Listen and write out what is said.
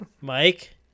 Mike